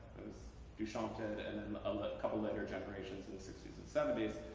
duchamp did and and and a couple later generations in the sixty s and seventy s.